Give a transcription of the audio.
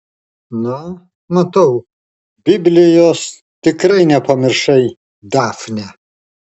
na matau biblijos tikrai nepamiršai dafne